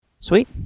Sweet